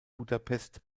budapest